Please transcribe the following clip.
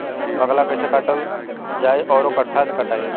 बाकला कईसे काटल जाई औरो कट्ठा से कटाई?